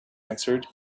answered